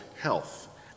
health